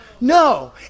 No